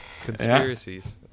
conspiracies